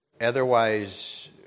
Otherwise